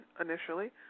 initially